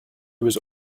was